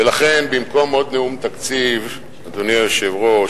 ולכן, במקום עוד נאום על התקציב, אדוני היושב-ראש,